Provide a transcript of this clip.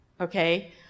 okay